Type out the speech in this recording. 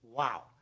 Wow